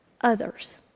others